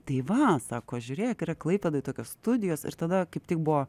tai va sako žiūrėk yra klaipėdoj tokios studijos ir tada kaip tik buvo